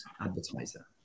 advertiser